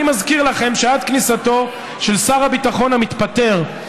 אני מזכיר לכם שעד כניסתו של שר הביטחון המתפטר,